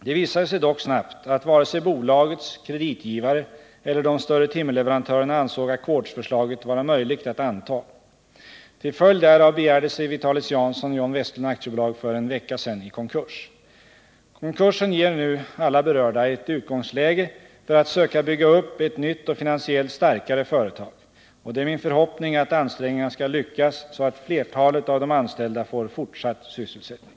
Det visade sig dock snabbt att varken bolagets kreditgivare eller de större timmerleverantörerna ansåg ackordsförslaget vara möjligt att anta. Till följd därav begärde sig Witalis Jansson & John Westlund AB för en vecka sedan i konkurs. Konkursen ger nu alla berörda ett utgångsläge för att söka bygga upp ett nytt och finansiellt starkare företag. Det är min förhoppning att ansträngningarna skall lyckas, så att flertalet av de anställda får fortsatt sysselsättning.